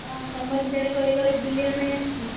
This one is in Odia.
ହଁ ତୁମର ସିଆଡ଼େ କୁଆଡ଼େ କୁଆଡ଼େ ବୁଲିବା ପାଇଁ ଅଛି